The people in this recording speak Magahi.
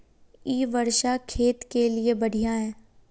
इ वर्षा खेत के लिए बढ़िया है?